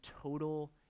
total